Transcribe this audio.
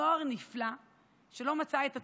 נוער נפלא שלא מצא את עצמו,